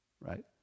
right